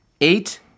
eight